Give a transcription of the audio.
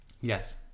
Yes